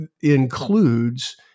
includes